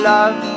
Love